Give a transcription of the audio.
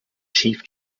chief